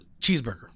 cheeseburger